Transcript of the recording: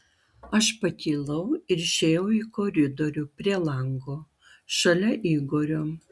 aš pakilau ir išėjau į koridorių prie lango šalia igorio